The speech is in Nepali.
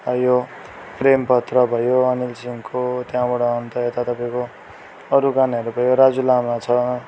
यो प्रेम पत्र भयो अनिल सिंहको त्यहाँबाट अन्त यता तपाईँको अरू गानाहरू भयो राजु लामा छ